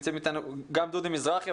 נמצאים איתנו גם דודי מזרחי,